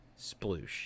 sploosh